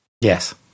Yes